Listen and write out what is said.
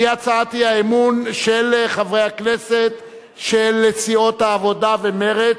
והיא הצעת האי-אמון של סיעות העבודה ומרצ,